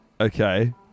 Okay